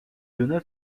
donna